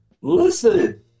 Listen